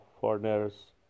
foreigner's